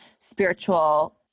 spiritual